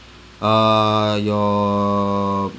uh your